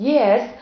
Yes